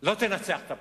לא תנצח את הבחירות.